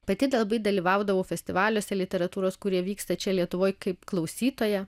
pati labai dalyvaudavau festivaliuose literatūros kurie vyksta čia lietuvoj kaip klausytoja